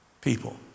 people